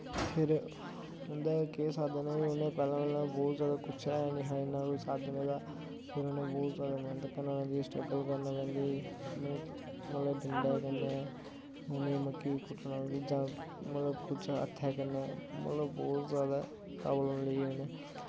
फिर उंदा केह् साधन ऐ के उनें पैह्ले पैह्ले बोह्त जैदा कुश ऐ नेहा इन्ना कोई साधन ऐह्दा फिर उनें बोह्त जैदा मैह्नत करना स्ट्रगल करनी पौंदी ही उनें मतलव डंडे कन्नै उनें मक्की कुटटना जां मतलव कुश हत्थै कन्नै मतलव बौह्त जैदा प्राबलम रेही उनें